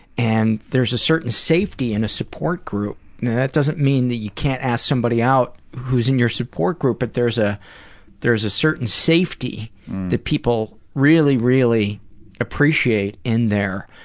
and there's a certain safety in a support group. that doesn't mean that you can't ask somebody out who's in your support group, but there's ah there's a certain safety that people really, really appreciate in there.